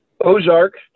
Ozark